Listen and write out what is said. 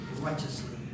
righteously